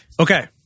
Okay